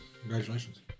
Congratulations